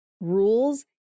rules